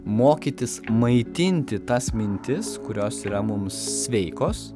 mokytis maitinti tas mintis kurios yra mums sveikos